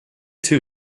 too